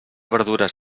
verdures